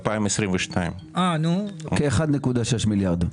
כ-1.6 מיליארד.